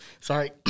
Sorry